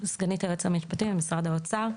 סגני ת היועץ המשפטי במשרד האוצר.